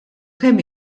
kemm